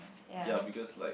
ya because like